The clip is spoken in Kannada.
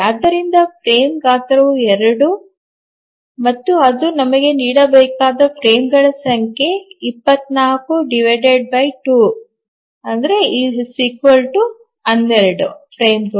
ಆದ್ದರಿಂದ ಫ್ರೇಮ್ ಗಾತ್ರವು 2 ಮತ್ತು ಅದು ನಮಗೆ ನೀಡಬಹುದಾದ ಫ್ರೇಮ್ಗಳ ಸಂಖ್ಯೆ 242 12 ಫ್ರೇಮ್ಗಳು